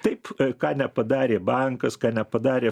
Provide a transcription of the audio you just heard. taip ką nepadarė bankas ką nepadarė